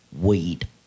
weed